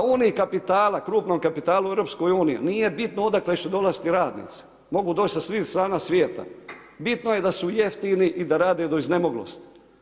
A u Uniji kapitala krupnog kapitala u EU, nije bitno odakle će dolaziti radnici, mogu doći sa svih strana savjeta, bitno je da su jeftini i da rade do iznemoglosti.